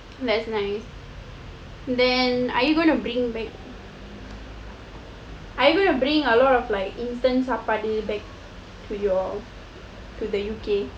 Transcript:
that's nice then are you going to bring a lot of like indian chapatti back to your to the U_K